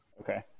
okay